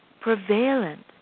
prevalent